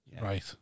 Right